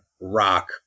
Rock